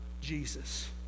Jesus